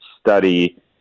study